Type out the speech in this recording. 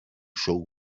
show